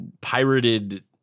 pirated